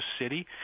city